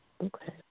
Okay